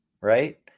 right